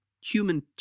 human